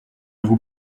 vous